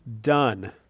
done